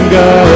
go